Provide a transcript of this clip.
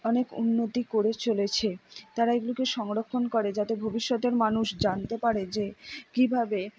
অনেক উন্নতি করে চলেছে তারা এগুলোকে সংরক্ষণ করে যাতে ভবিষ্যতের মানুষ জানতে পারে যে কীভাবে